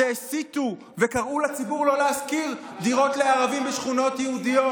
שהסיתו וקראו לציבור לא להשכיר דירות לערבים בשכונות יהודיות,